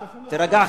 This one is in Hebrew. ואחריו,